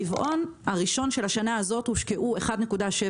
ברבעון הראשון של השנה הזו הושקעו 1.7